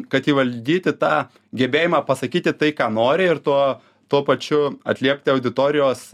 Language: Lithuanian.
kad įvaldyti tą gebėjimą pasakyti tai ką nori ir tuo tuo pačiu atliepti auditorijos